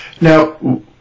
Now